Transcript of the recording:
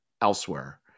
elsewhere